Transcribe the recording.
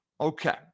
Okay